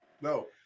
No